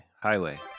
highway